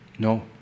No